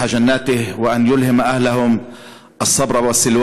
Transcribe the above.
ישכן אותם בגן עדן וישרה על משפחתם אורך רוח ונחמה.)